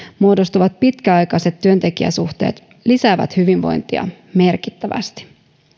muodostuvat pitkäaikaiset työntekijäsuhteet lisäävät hyvinvointia merkittävästi